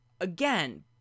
again